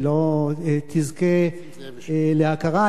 היא לא תזכה להכרה,